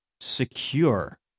secure